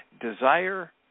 Desire